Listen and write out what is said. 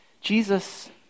Jesus